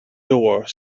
door